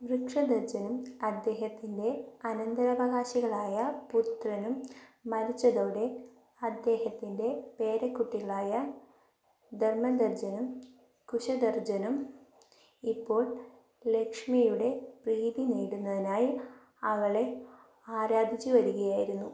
വൃഷധ്വജനും അദ്ദേഹത്തിൻ്റെ അനന്തരാവകാശികളായ പുത്രനും മരിച്ചതോടെ അദ്ദേഹത്തിൻ്റെ പേരക്കുട്ടികളായ ധർമ്മധ്വജനും കുശധ്വജനും ഇപ്പോൾ ലക്ഷ്മിയുടെ പ്രീതി നേടുന്നതിനായി അവളെ ആരാധിച്ചുവരികയായിരുന്നു